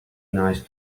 nice